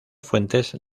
fuentes